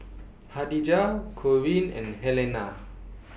Khadijah Corene and Helena